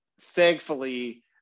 Thankfully